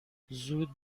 زود